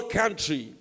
country